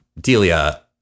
Delia